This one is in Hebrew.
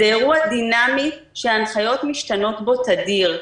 זה אירוע דינמי שההנחיות משתנות בו תדיר.